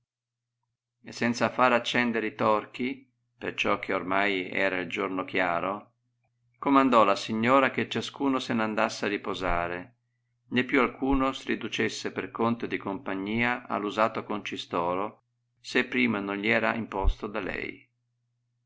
e senza l'ar accendere i torchi perciò che ornai era il giorno chiaro comandò la signora che ciascuno se n'andasse a riposarenè più alcuno si riducesse per conto di compagnia all'usato concistoro se prima non gli era imposto da lei